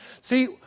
See